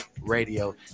Radio